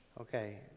Okay